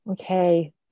okay